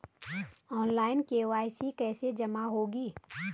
Online KYC कैसे जमा होगी?